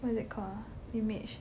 what is it call ah image